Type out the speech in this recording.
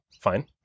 Fine